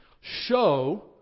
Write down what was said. show